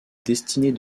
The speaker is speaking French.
destinée